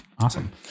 awesome